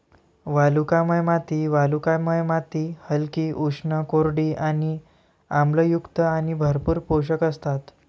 वालुकामय माती वालुकामय माती हलकी, उष्ण, कोरडी आणि आम्लयुक्त आणि भरपूर पोषक असतात